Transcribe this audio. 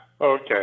Okay